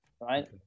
Right